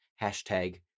hashtag